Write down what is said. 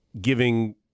giving